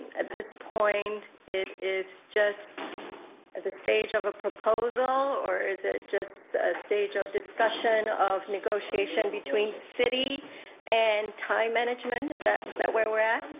at this point it is just at the stage of a proposal, or is it just a stage of discussion of negotiation between city and time management, is that, is that where we're